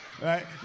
Right